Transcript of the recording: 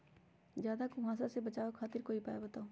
ज्यादा कुहासा से बचाव खातिर कोई उपाय बताऊ?